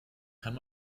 kann